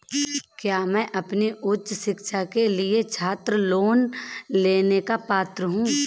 क्या मैं अपनी उच्च शिक्षा के लिए छात्र लोन लेने का पात्र हूँ?